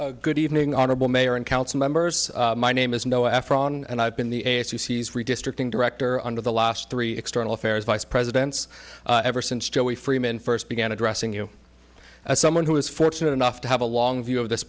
time good evening honorable mayor and council members my name is no after all and i've been the a c c as redistricting director under the last three external affairs vice presidents ever since joey freeman first began addressing you as someone who is fortunate enough to have a long view of this